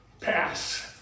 pass